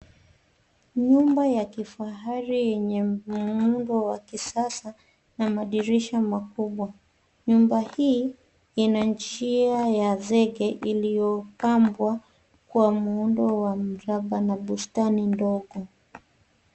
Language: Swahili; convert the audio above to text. Nyumba ya kifahari yenye muundo wa kisasa na madirisha makubwa. Nyumba hii ina njia ya zege iliyopambwa kwa muundo wa mraba na bustani ndogo.